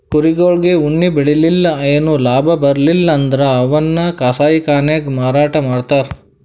ಕುರಿಗೊಳಿಗ್ ಉಣ್ಣಿ ಬೆಳಿಲಿಲ್ಲ್ ಏನು ಲಾಭ ಬರ್ಲಿಲ್ಲ್ ಅಂದ್ರ ಅವನ್ನ್ ಕಸಾಯಿಖಾನೆಗ್ ಮಾರಾಟ್ ಮಾಡ್ತರ್